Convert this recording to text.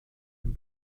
den